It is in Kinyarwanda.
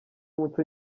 umuco